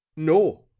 no.